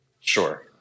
sure